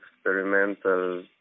experimental